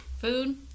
Food